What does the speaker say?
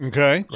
Okay